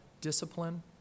discipline